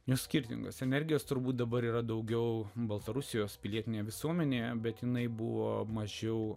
nes skirtingos energijos turbūt dabar yra daugiau baltarusijos pilietinė visuomenė bet jinai buvo mažiau